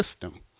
system